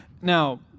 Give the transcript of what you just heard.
now